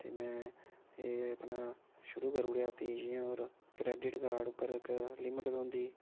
ते में एह् अपना शुरू करूड़ेआ भी जि'यां होर क्रेडिट कार्ड उप्पर इक लिमिट होंदी